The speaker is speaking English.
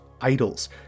idols